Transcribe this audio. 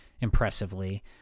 impressively